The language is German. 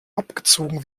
abgezogen